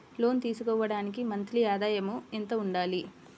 లోను తీసుకోవడానికి మంత్లీ ఆదాయము ఎంత ఉండాలి?